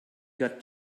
got